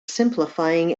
simplifying